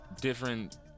different